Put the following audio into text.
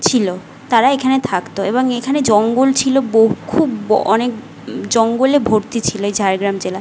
ছিল তারা এখানে থাকত এবং এখানে জঙ্গল ছিল ব খুব অনেক জঙ্গলে ভর্তি ছিল এই ঝাড়গ্রাম জেলা